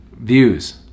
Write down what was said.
views